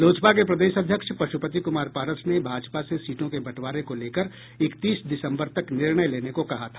लोजपा के प्रदेश अध्यक्ष पशुपति कुमार पारस ने भाजपा से सीटों के बंटवारे को लेकर इकतीस दिसम्बर तक निर्णय लेने को कहा था